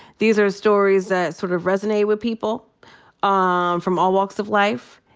these are stories that sort of resonate with people um from all walks of life.